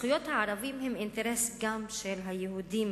זכויות הערבים הן גם אינטרס של היהודים.